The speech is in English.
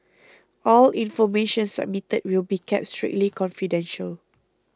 all information submitted will be kept strictly confidential